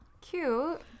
cute